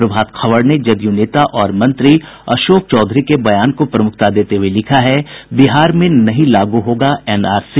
प्रभात खबर ने जदयू नेता और मंत्री अशोक चौधरी के बयान को प्रमुखता देते हुये लिखा है बिहार में नहीं लागू होगा एनआरसी